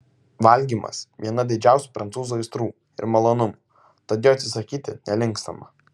valgymas viena didžiausių prancūzų aistrų ir malonumų tad jo atsisakyti nelinkstama